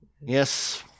Yes